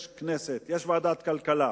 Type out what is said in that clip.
יש כנסת, יש ועדת כלכלה,